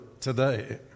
today